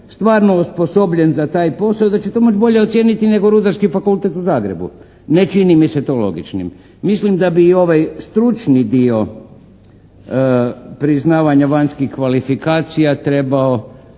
stvarno osposobljen za taj posao i da će to moći bolje ocijeniti nego Rudarski fakultet u Zagrebu. Ne čini mi se to logičnim. Mislim da bi i ovaj stručni dio priznavanja vanjskih kvalifikacija trebao